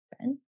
Ben